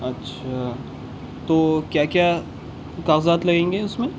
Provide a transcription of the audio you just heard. اچھا تو کیا کیا کاغذات لگیں گے اس میں